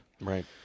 right